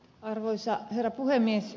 arvoisa herra puhemies